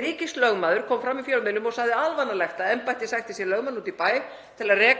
Ríkislögmaður kom fram í fjölmiðlum og sagði alvanalegt að embættið sækti sér sig lögmann úti í bæ til að reka